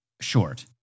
short